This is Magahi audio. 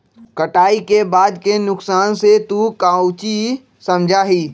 कटाई के बाद के नुकसान से तू काउची समझा ही?